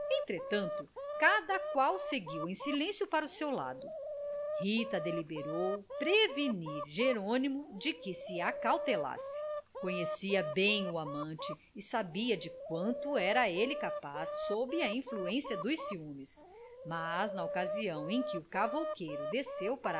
entretanto cada qual seguiu em silêncio para o seu lado rita deliberou prevenir jerônimo de que se acautelasse conhecia bem o amante e sabia de quanto era ele capaz sob a influência dos ciúmes mas na ocasião em que o cavouqueiro desceu para